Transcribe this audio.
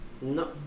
No